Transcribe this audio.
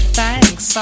thanks